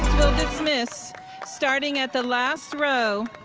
dismiss starting at the last row.